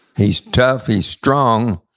he's tough, he's strong,